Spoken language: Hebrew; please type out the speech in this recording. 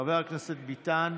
חבר הכנסת אשר,